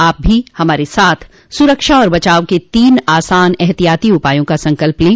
आप भी हमारे साथ सुरक्षा और बचाव के तीन आसान एहतियाती उपायों का संकल्प लें